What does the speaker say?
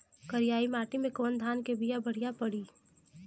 करियाई माटी मे कवन धान के बिया बढ़ियां पड़ी?